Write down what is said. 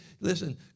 listen